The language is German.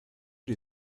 die